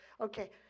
okay